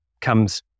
comes